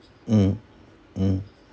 mm mm